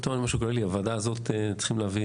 חשוב לי בזמן שחבר הכנסת רם בן